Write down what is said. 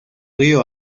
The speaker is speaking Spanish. río